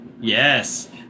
Yes